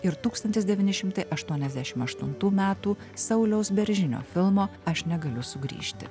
ir tūkstantis devyni šimtai aštuoniasdešim aštuntų metų sauliaus beržinio filmo aš negaliu sugrįžti